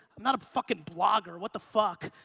i'm not a fucking blogger. what the fuck?